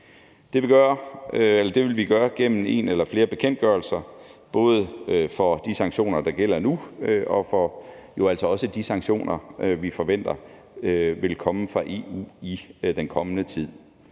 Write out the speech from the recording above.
Det vil vi gøre gennem en eller flere bekendtgørelser både om de sanktioner, der gælder nu, og altså også om de sanktioner, vi forventer vil komme fra EU i den kommende tid.